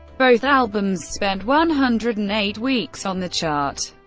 both albums spent one hundred and eight weeks on the chart.